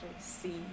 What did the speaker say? see